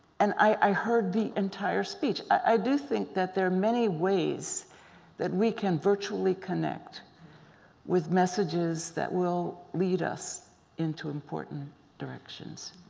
and i heard the entire speech. i do think that there are many ways that we can virtually connect with messages that will lead us into important directions.